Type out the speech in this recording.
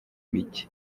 mijyi